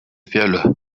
فعله